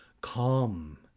Calm